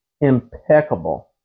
impeccable